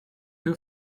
two